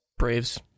Braves